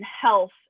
health